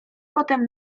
potem